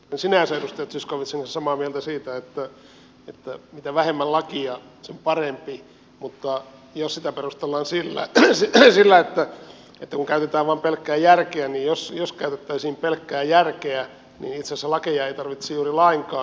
olen sinänsä edustaja zyskowiczin kanssa samaa mieltä siitä että mitä vähemmän lakeja sen parempi mutta jos sitä perustellaan sillä että käytetään vain pelkkää järkeä niin jos käytettäisiin pelkkää järkeä niin itse asiassa lakeja ei tarvittaisi juuri lainkaan